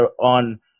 on